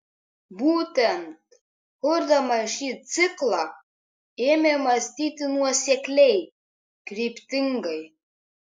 būtent kurdamas šį ciklą ėmė mąstyti nuosekliai kryptingai